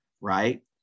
right